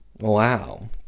wow